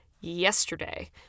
yesterday